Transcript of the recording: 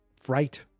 fright